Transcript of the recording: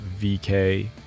vk